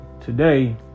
today